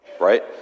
right